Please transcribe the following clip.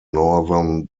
northern